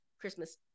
Christmas